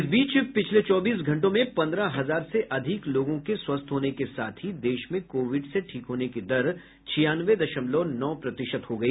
इस बीच पिछले चौबीस घंटों में पन्द्रह हजार से अधिक लोगों के स्वस्थ होने के साथ ही देश में कोविड से ठीक होने की दर छियानवे दशमलव नौ प्रतिशत हो गई